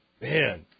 Man